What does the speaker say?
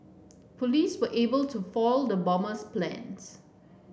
police were able to foil the bomber's plans